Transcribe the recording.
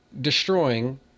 destroying